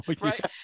right